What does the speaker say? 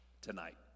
tonight